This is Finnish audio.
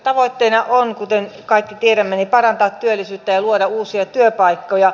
tavoitteena on kuten kaikki tiedämme parantaa työllisyyttä ja luoda uusia työpaikkoja